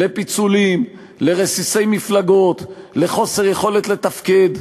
לפיצולים, לרסיסי מפלגות, לחוסר יכולת לתפקד,